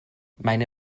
meine